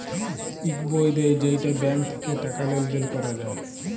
ইক বই দেয় যেইটা ব্যাঙ্ক থাক্যে টাকা লেলদেল ক্যরা যায়